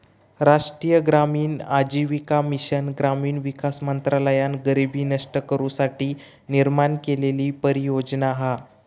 राष्ट्रीय ग्रामीण आजीविका मिशन ग्रामीण विकास मंत्रालयान गरीबी नष्ट करू साठी निर्माण केलेली परियोजना हा